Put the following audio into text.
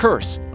Curse